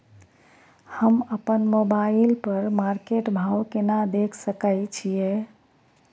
हम अपन मोबाइल पर मार्केट भाव केना देख सकै छिये?